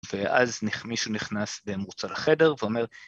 ‫ואז מישהו נכנס במרוצה לחדר ואומר,